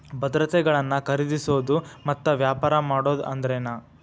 ಭದ್ರತೆಗಳನ್ನ ಖರೇದಿಸೋದು ಮತ್ತ ವ್ಯಾಪಾರ ಮಾಡೋದ್ ಅಂದ್ರೆನ